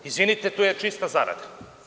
Izvinite, ali tu je čista zarada.